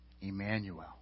Emmanuel